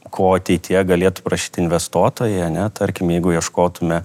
ko ateityje galėtų prašyt investuotojai ane tarkim jeigu ieškotume